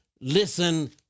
listen